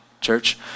church